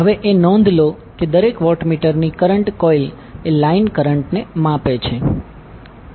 હવે એ નોંધ લો કે દરેક વોટમીટરની કરંટ કોઇલ એ લાઈન કરંટને માપે છે